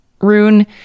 rune